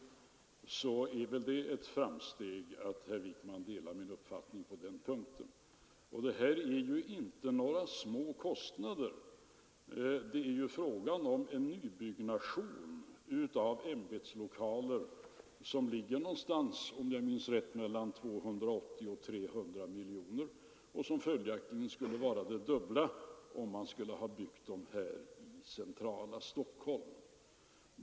Det är väl ett framsteg att herr Wijkman delar min upp fattning på den punkten. Det här är ju inte några små kostnader. Det är fråga om en nybyggnation av ämbetslokaler som ligger någonstans - om jag minns rätt — mellan 280 och 300 miljoner kronor och som följaktligen skulle vara det dubbla om man skulle ha byggt dem i centrala Stockholm.